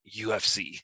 ufc